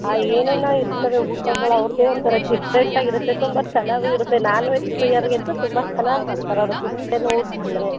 ಹಾಂ ಏನೇನೋ ಇರ್ತವೆ ಊಟಗಳು ಅವ್ರದ್ದೇ ಒಂಥರ ಡಿಫ್ರೆಂಟಾಗಿರುತ್ತೆ ತುಂಬ ಚೆನ್ನಾಗೂ ಇರುತ್ತೆ ನಾನ್ ವೆಜ್ ಪ್ರಿಯರಿಗಂತೂ ತುಂಬ ಚೆನ್ನಾಗಿ ಮಾಡ್ತಾರೆ ಅವರು ಕ್ರಿಶ್ಚನ್ ಊಟ ಅಂದರೆ